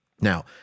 Now